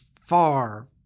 far